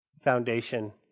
foundation